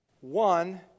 one